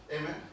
Amen